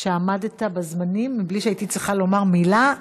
על שעמדת בזמנים בלי שהייתי צריכה לומר מילה.